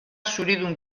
zuridun